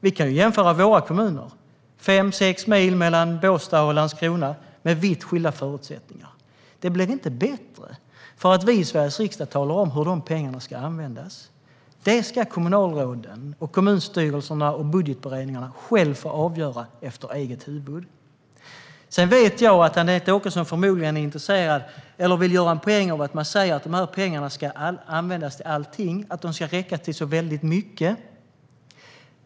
Vi kan jämföra våra kommuner. Det är fem sex mil mellan Båstad och Landskrona, men det är vitt skilda förutsättningar. Det blir inte bättre för att vi i Sveriges riksdag talar om hur dessa pengar ska användas. Det ska kommunalråden, kommunstyrelserna och budgetberedningarna själva få avgöra efter eget huvud. Sedan vet jag att Anette Åkesson förmodligen vill göra en poäng av att man säger att dessa pengar ska användas till allting och att de ska räcka till så mycket.